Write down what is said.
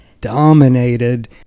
dominated